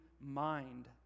mind